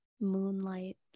moonlight